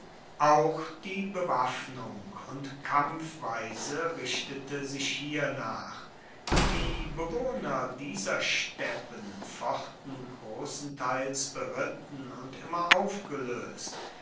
auch die bewaffnung und kampfweise richtete sich hiernach die bewohner dieser steppen fochten großenteils beritten und immer aufgelöst